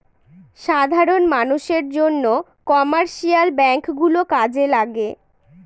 সাধারন মানষের জন্য কমার্শিয়াল ব্যাঙ্ক গুলো কাজে লাগে